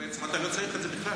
בעצם אתה לא צריך את זה בכלל.